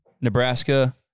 Nebraska